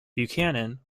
buchanan